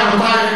מה קרה?